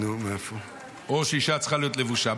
או שאישה צריכה להיות לבושה?